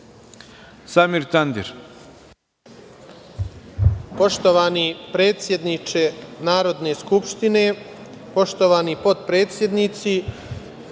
Samir Tandir.